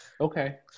Okay